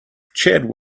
chad